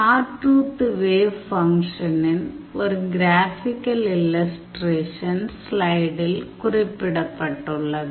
சா tooth wave ஃபங்க்ஷனின் ஒரு கிராஃபிக்கல் இல்லஸ்டிரேஷன் ஸ்லைடில் குறிப்பிடப்பட்டுள்ளது